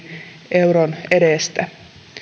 euron edestä